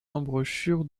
embouchure